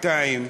שעתיים,